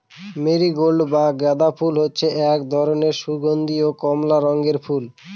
marigold বা গাঁদা ফুল হচ্ছে এক ধরনের সুগন্ধীয় কমলা রঙের ফুল